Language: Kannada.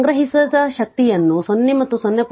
ಮತ್ತು ಸಂಗ್ರಹಿಸಿದ ಶಕ್ತಿಯನ್ನು 0 ಮತ್ತು 0